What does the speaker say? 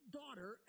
daughter